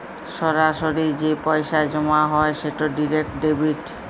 সরাসরি যে পইসা জমা হ্যয় সেট ডিরেক্ট ডেবিট